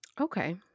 okay